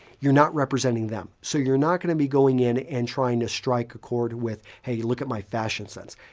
you're not representing them, so you're not going to be going in and trying to strike a chord with, hey, look at my fashion sense.